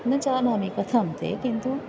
न जानामि कथं ते किन्तु